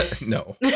No